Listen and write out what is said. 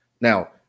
Now